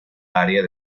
área